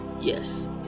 yes